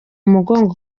mugongo